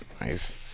nice